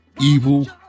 evil